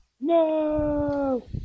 No